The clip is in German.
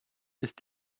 ist